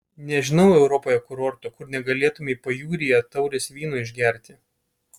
nežinau europoje kurorto kur negalėtumei pajūryje taurės vyno išgerti